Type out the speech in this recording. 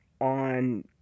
on